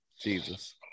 jesus